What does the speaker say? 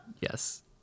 Yes